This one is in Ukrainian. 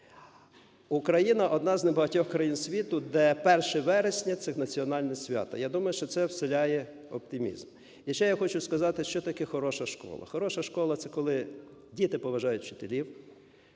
Україна – одна з небагатьох країн світу, де 1 вересня – це національне свято. Я думаю, що це вселяє оптимізм. І ще я хочу сказати, що таке "хороша школа". Хороша школа – це коли діти поважають вчителів,